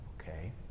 Okay